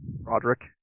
Roderick